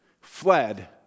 fled